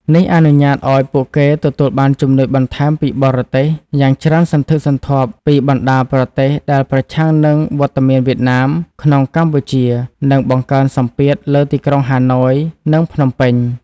នេះអនុញ្ញាតឱ្យពួកគេទទួលបានជំនួយបន្ថែមពីបរទេសយ៉ាងច្រើនសន្ធឹកសន្ធាប់ពីបណ្ដាប្រទេសដែលប្រឆាំងនឹងវត្តមានវៀតណាមក្នុងកម្ពុជា និងបង្កើនសម្ពាធលើទីក្រុងហាណូយ និងភ្នំពេញ។